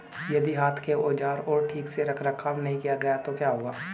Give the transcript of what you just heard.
यदि हाथ के औजारों का ठीक से रखरखाव नहीं किया गया तो क्या होगा?